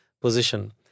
position